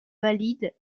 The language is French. valide